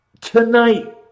Tonight